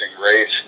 race